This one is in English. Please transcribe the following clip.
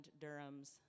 Durham's